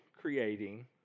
creating